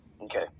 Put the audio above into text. okay